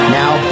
now